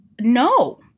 No